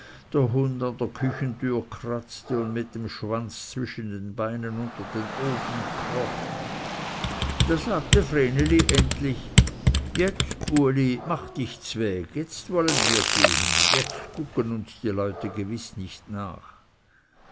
der hund an der küchentüre kratzte und mit dem schwanz zwischen den beinen unter den ofen kroch da sagte vreneli endlich jetzt uli mach dich zweg jetzt wollen wir gehen jetzt guggen uns die leute gewiß nicht nach